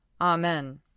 Amen